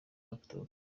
laptops